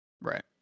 Right